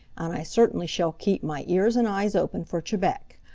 and i certainly shall keep my ears and eyes open for chebec.